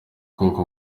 bwoko